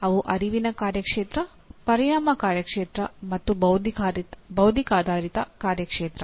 ಅವು ಅರಿವಿನ ಕಾರ್ಯಕ್ಷೇತ್ರ ಪರಿಣಾಮ ಕಾರ್ಯಕ್ಷೇತ್ರ ಮತ್ತು ಬೌದ್ಧಿಕಾಧಾರಿತ ಕಾರ್ಯಕ್ಷೇತ್ರ